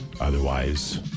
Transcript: Otherwise